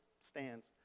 stands